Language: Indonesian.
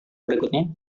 berikutnya